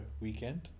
weekend